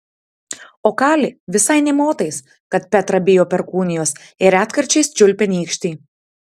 o kali visai nė motais kad petra bijo perkūnijos ir retkarčiais čiulpia nykštį